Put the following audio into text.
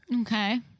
Okay